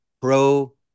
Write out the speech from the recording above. pro